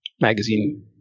magazine